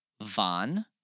van